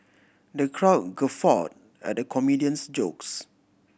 the crowd guffawed at the comedian's jokes